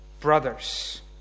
Brothers